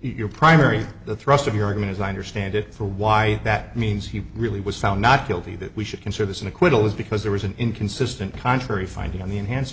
your primary the thrust of your going as i understand it for why that means he really was found not guilty that we should consider this an acquittal was because there was an inconsistent contrary finding on the enhance